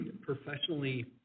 professionally